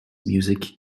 music